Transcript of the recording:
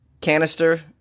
canister